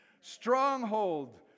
Stronghold